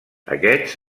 aquests